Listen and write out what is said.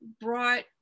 brought